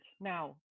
now